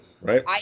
right